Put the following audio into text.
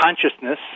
consciousness